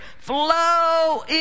flow